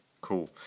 Cool